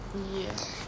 yes